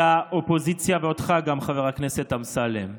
את האופוזיציה, וגם אותך, חבר הכנסת אמסלם.